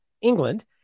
England